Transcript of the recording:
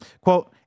Quote